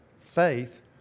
faith